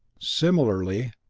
similarly,